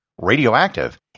radioactive